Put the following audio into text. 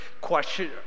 question